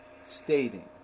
stating